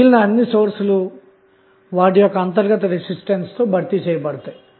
మిగిలిన అన్ని సోర్స్ లు వాటి యొక్క అంతర్గత రెసిస్టెన్స్ తో భర్తీ చేయబడతాయి